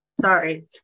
sorry